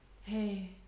Hey